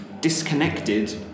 disconnected